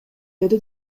деди